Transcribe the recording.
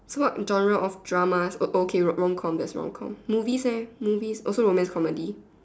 so what genre what of dramas oh okay rom com rom com movies eh movies also romance comedy